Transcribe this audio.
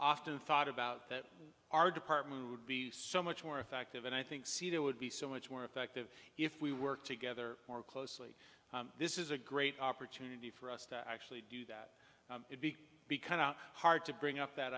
often thought about that our department would be so much more effective and i think see that would be so much more effective if we work together more closely this is a great opportunity for us to actually do that because out hard to bring up that